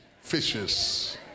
fishes